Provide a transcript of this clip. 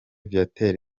viateur